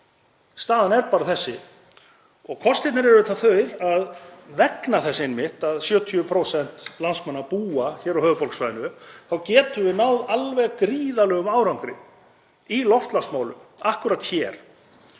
staðan er bara þessi. Kostirnir eru auðvitað þeir að vegna þess einmitt að 70% landsmanna búa hér á höfuðborgarsvæðinu þá getum við náð alveg gríðarlegum árangri í loftslagsmálum akkúrat hér.